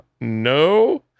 no